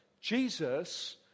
Jesus